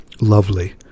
Lovely